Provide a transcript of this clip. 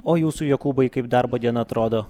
o jūsų jokūbai kaip darbo diena atrodo